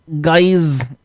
Guys